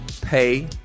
Pay